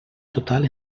total